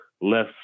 less